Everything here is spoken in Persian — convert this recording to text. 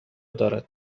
دارد